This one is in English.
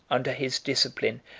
under his discipline,